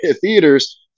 theaters